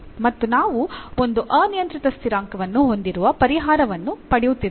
ಮತ್ತು ನಾವು ಒಂದು ಅನಿಯಂತ್ರಿತ ಸ್ಥಿರಾಂಕವನ್ನು ಹೊಂದಿರುವ ಪರಿಹಾರವನ್ನು ಪಡೆಯುತ್ತಿದ್ದೇವೆ